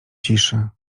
ciszy